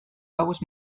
gauez